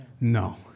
no